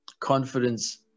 Confidence